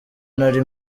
nari